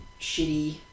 shitty